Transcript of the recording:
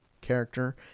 character